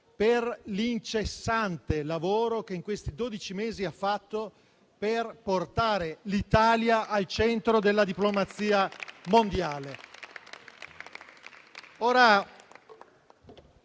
per l'incessante lavoro che in questi dodici mesi ha fatto per portare l'Italia al centro della diplomazia mondiale.